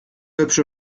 hübsche